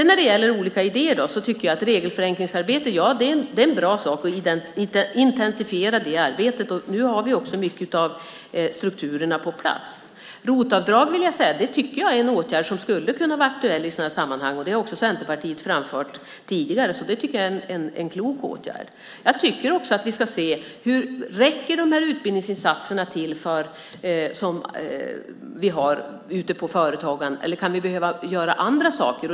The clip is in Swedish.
När det gäller olika idéer tycker jag att det är en bra sak att intensifiera regelförenklingsarbetet. Nu har vi också mycket av strukturerna på plats. ROT-avdrag tycker jag är en åtgärd som skulle kunna vara aktuell i sådana här sammanhang. Det har också Centerpartiet framfört tidigare, så det tycker jag är en klok åtgärd. Jag tycker också att vi ska se om de utbildningsinsatser som vi har ute på företagen räcker eller om vi kan behöva göra andra saker.